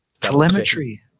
Telemetry